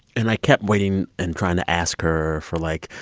and i kept waiting and trying to ask her for, like,